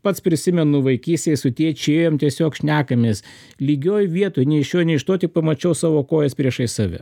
pats prisimenu vaikystėj su tėčiu ėjom tiesiog šnekamės lygioj vietoj nei iš šio nei iš to tik pamačiau savo kojas priešais save